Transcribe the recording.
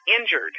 injured